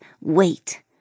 wait